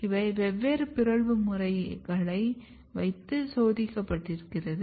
இவை வெவ்வேறு பிறழ்வு முறைகளை வைத்து சோதிக்கப்பட்டிருக்கிறது